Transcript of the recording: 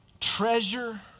Treasure